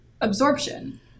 absorption